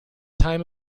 time